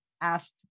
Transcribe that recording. asked